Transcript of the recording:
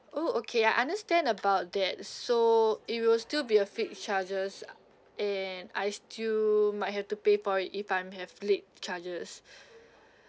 oh okay I understand about that so it will still be a fixed charges and I still might have to pay for it if I'm have late charges